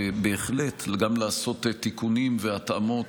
ובהחלט גם לעשות תיקונים והתאמות,